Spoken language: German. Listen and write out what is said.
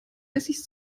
wessis